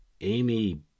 Amy